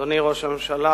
אדוני ראש הממשלה,